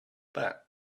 that